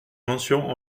mentions